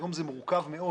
היום זה מורכב מאוד.